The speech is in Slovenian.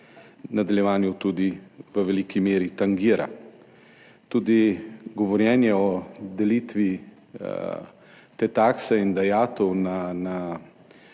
nadaljevanju tudi v veliki meri tangira. Tudi govorjenje o delitvi te takse in dajatev na